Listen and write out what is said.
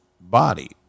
body